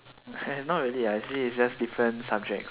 not really ah actually is just different subjects